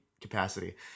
capacity